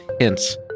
hints